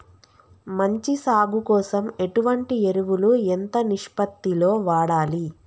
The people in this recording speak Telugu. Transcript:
మంచి సాగు కోసం ఎటువంటి ఎరువులు ఎంత నిష్పత్తి లో వాడాలి?